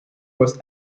was